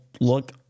look